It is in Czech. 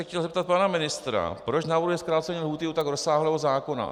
Chtěl bych se zeptat pana ministra, proč navrhuje zkrácení lhůty u tak rozsáhlého zákona.